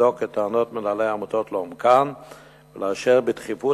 לבדוק את טענות מנהלי העמותות לעומקן ולאשר בדחיפות